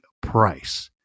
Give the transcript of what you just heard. price